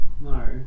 No